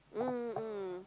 mm mm